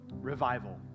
revival